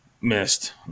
missed